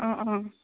অঁ অঁ